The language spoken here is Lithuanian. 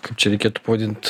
kaip čia reikėtų pavadint